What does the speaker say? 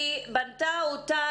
היא בנתה אותה,